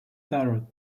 tarot